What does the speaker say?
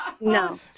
No